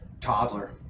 toddler